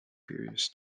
furious